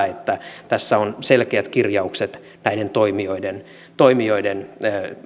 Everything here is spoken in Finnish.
että tässä on selkeät kirjaukset näiden toimijoiden toimijoiden